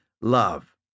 love